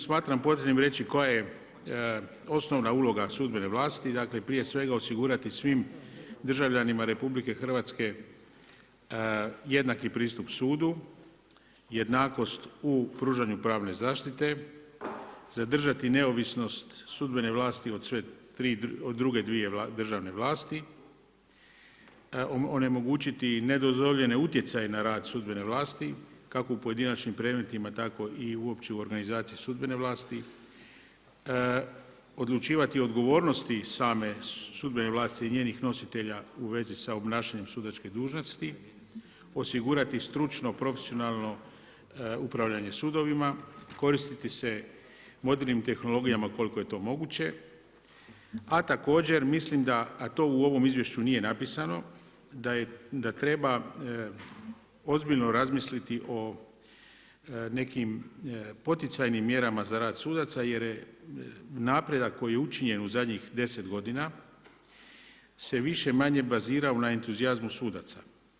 Smatram potrebnim reći koja je osnovna uloga sudbene vlasti, dakle prije svega osigurati svim državljanima RH jednaki pristup sudu, jednakost u pružanju pravne zaštite, zadržati neovisnost sudbene vlasti od druge dvije državne vlasti, onemogućiti nedozvoljene utjecaje na rad sudbene vlasti kako u pojedinačnim predmetima tako i uopće u organizaciji sudbene vlasti, odlučivati o odgovornosti same sudbene vlasti i njenih nositelja u vezi sa obnašanjem sudačke dužnosti, osigurati stručno, profesionalno upravljanje sudovima, koristiti se modernim tehnologijama koliko je to moguće a također mislim da, a to u ovom izvješću nije napisano, da treba ozbiljno razmisliti o nekim poticajnim mjerama za rad sudaca jer je napredak koji je učinjen u zadnjih 10 godina se više-manje bazira na entuzijazmu sudaca.